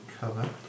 cover